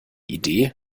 idee